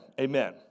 amen